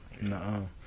No